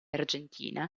argentina